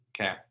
Okay